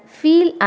feel